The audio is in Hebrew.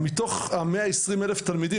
מתוך המאה עשרים אלף תלמידים,